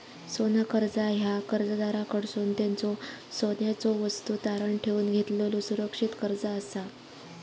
सोना कर्जा ह्या कर्जदाराकडसून त्यांच्यो सोन्याच्यो वस्तू तारण ठेवून घेतलेलो सुरक्षित कर्जा असा